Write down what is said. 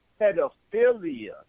Pedophilia